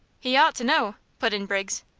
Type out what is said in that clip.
he ought to know, put in briggs.